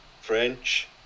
French